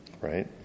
right